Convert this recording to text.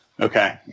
Okay